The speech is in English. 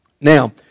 Now